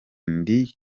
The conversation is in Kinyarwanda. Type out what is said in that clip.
ndi